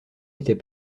était